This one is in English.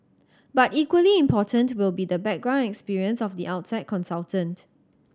but equally important will be the background experience of the outside consultant